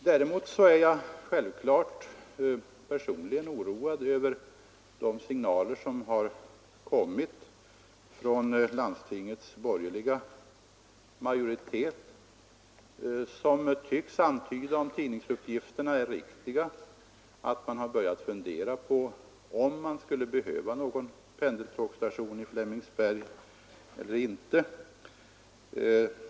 Däremot är jag naturligtvis personligen oroad över de signaler som har kommit från landstingets borgerliga majoritet och som tyder på — om nu tidningsuppgifterna är riktiga — att man har börjat fundera på huruvida man verkligen behöver någon pendeltågstation vid Flemingsberg eller inte.